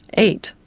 eight,